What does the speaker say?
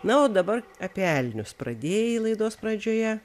na o dabar apie elnius pradėjai laidos pradžioje